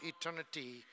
eternity